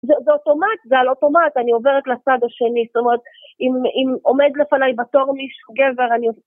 זה אוטומט, זה על אוטומט, אני עוברת לשד השני, זאת אומרת, אם עומד לפניי בתור מישהו, גבר, אני עושה...